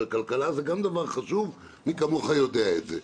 אבל כלכלה זה גם דבר חשוב, מי כמוך יודע את זה.